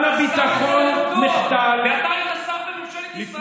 אתה סתם מסלף עובדות, ואתה היית שר בממשלת ישראל.